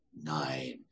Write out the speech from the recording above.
nine